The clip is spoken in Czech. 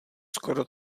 skoro